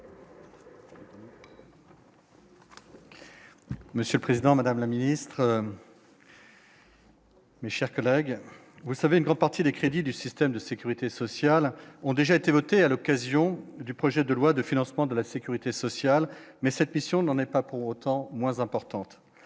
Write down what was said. Monsieur le Président, Madame la Ministre. Mais, chers collègues, vous savez, une grande partie des crédits du système de sécurité sociale, ont déjà été votées à l'occasion du projet de loi de financement de la Sécurité sociale mais cette mission n'en est pas pour autant moins importante,